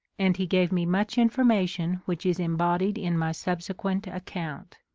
and he gave me much information which is embodied in my subsequent account.